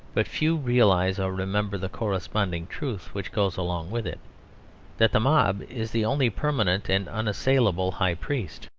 but few realise or remember the corresponding truth which goes along with it that the mob is the only permanent and unassailable high priest.